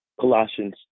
Colossians